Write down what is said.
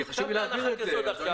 כי חשוב להבהיר את זה.